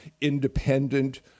independent